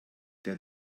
der